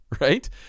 right